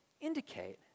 indicate